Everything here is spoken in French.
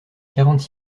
quarante